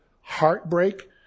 heartbreak